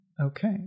Okay